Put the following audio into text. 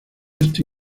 esto